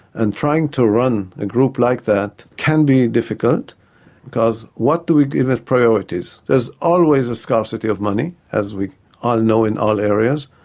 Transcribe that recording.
and trying to run a group like that can be difficult because what do we give as priorities? there is always a scarcity of money, as we all know in all areas,